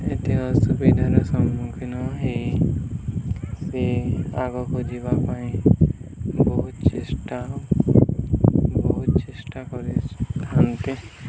ଏତେ ଅସୁବିଧାର ସମ୍ମୁଖୀନ ହେଇ ସେ ଆଗକୁ ଯିବା ପାଇଁ ବହୁତ ଚେଷ୍ଟା ବହୁତ ଚେଷ୍ଟା କରିଥାନ୍ତି